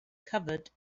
covered